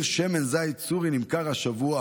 שמן זית סורי נמכר השבוע